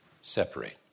separate